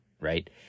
right